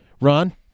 Ron